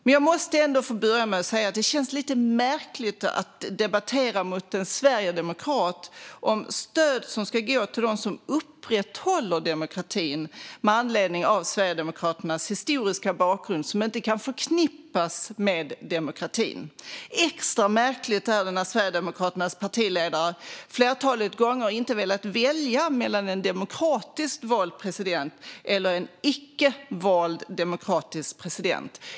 Men jag måste ändå få börja med att säga att det känns lite märkligt att debattera mot en sverigedemokrat om stöd som ska gå till dem som upprätthåller demokratin, med anledning av Sverigedemokraternas historiska bakgrund, som inte kan förknippas med demokrati. Extra märkligt känns det med tanke på att Sverigedemokraternas partiledare ett flertal gånger inte velat välja mellan en demokratiskt vald president och en icke demokratiskt vald president.